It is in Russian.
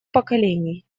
поколений